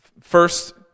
first